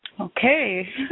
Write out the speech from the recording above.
Okay